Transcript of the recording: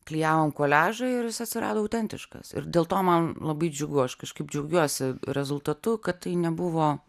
klijavom koliažą ir jis atsirado autentiškas ir dėl to man labai džiugu aš kažkaip džiaugiuosi rezultatu kad tai nebuvo